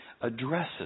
addresses